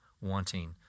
wanting